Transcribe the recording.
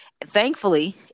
Thankfully